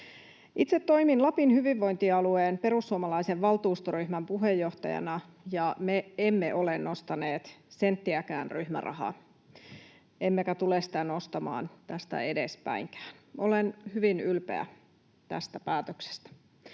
Itse toimin Lapin hyvinvointialueen perussuomalaisten valtuustoryhmän puheenjohtajana. Me emme ole nostaneet senttiäkään ryhmärahaa emmekä tule sitä nostamaan tästä edespäinkään. Olen hyvin ylpeä tästä päätöksestä.